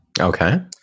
Okay